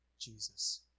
Jesus